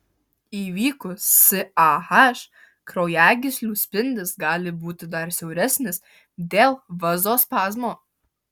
įvykus sah kraujagyslių spindis gali būti dar siauresnis dėl vazospazmo